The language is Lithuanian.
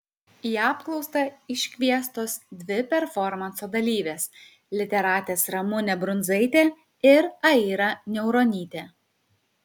į apklausą iškviestos dvi performanso dalyvės literatės ramunė brunzaitė ir aira niauronytė